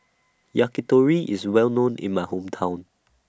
Yakitori IS Well known in My Hometown